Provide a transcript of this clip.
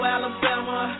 Alabama